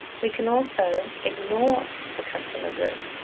we can also ignore for customer group.